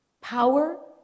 power